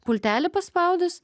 pultelį paspaudus